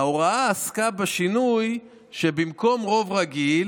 ההוראה עסקה בשינוי שבמקום רוב רגיל